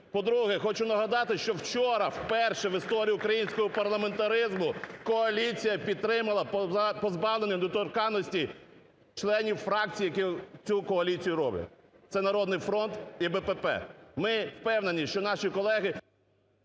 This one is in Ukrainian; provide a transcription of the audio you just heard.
По-друге. Хочу нагадати, що вчора вперше в історії українського парламентаризму коаліція підтримала позбавлення недоторканності членів фракцій яку цю коаліцію роблять, це "Народний фронт" і "БПП". Ми впевнені, що наші колеги…